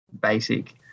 basic